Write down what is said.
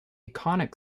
conic